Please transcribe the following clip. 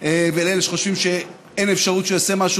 לאלה שחושבים שאין אפשרות שהוא יעשה משהו